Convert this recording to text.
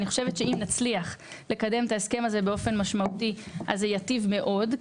אני חושבת שאם נצליח לקדם את ההסכם הזה באופן משמעותי אז זה ייטיב מאוד.